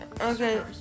Okay